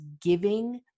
giving